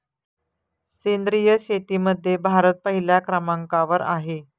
सेंद्रिय शेतीमध्ये भारत पहिल्या क्रमांकावर आहे